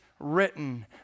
written